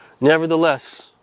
Nevertheless